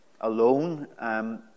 alone